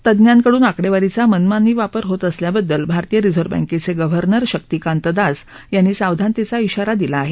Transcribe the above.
तज्ञांकडून आकडेवारीचा मनमानी वापर होत असल्याबद्दल भारतीय रिझर्व्ह बँकेचे गव्हर्नर शक्तिकांत दास यांनी सावधानतेचा इशारा दिला आहे